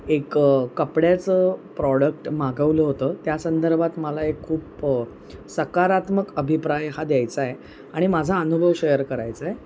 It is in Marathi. एक कपड्याचं प्रॉडक्ट मागवलं होतं त्या संदर्भात मला एक खूप सकारात्मक अभिप्राय हा द्यायचा आहे आणि माझा अनुभव शेअर करायचा आहे